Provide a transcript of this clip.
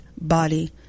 body